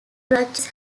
branches